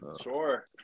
Sure